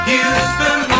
Houston